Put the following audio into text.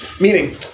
Meaning